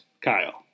Kyle